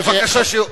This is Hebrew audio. שמעתי.